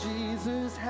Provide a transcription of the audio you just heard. Jesus